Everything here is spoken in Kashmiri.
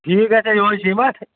ٹھیٖک گژھیا یہوے سیٖمَٹ